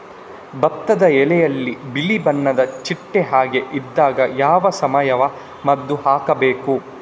ಭತ್ತದ ಎಲೆಯಲ್ಲಿ ಬಿಳಿ ಬಣ್ಣದ ಚಿಟ್ಟೆ ಹಾಗೆ ಇದ್ದಾಗ ಯಾವ ಸಾವಯವ ಮದ್ದು ಹಾಕಬೇಕು?